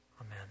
amen